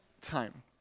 time